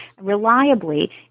reliably